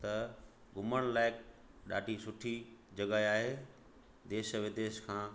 त घुमण लायक़ ॾाढी सुठी जॻह आहे देश विदेश खां